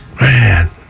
Man